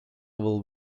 will